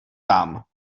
tam